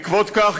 בעקבות כך,